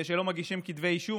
וכשלא מגישים כתבי אישום,